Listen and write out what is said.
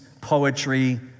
poetry